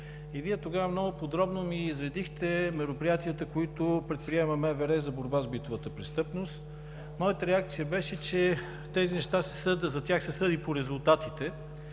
и Вие тогава много подробно ни изредихте мероприятията, които предприема МВР за борба с битовата престъпност. Моята реакция беше, че за тези неща се съди по резултатите.